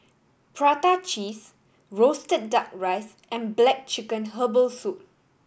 prata cheese roasted Duck Rice and black chicken herbal soup